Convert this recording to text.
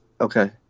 okay